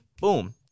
boom